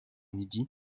midi